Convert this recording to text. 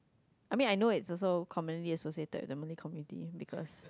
I mean I know it's also commonly associated with the Malay community because